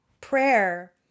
prayer